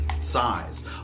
size